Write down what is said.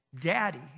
Daddy